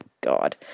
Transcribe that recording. God